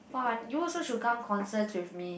!wah! you also should come concerts with me